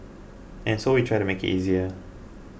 and so we try to make it easier